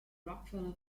rockefeller